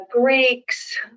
Greeks